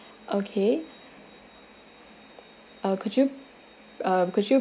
okay uh could you uh could you